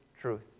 truth